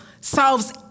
solves